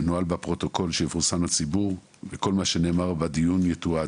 מנוהל בה פרוטוקול שיפורסם לציבור וכל מה שנאמר בדיון יתועד.